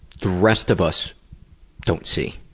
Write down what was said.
the rest of us don't see.